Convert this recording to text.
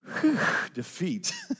defeat